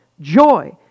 joy